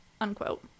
unquote